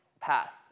path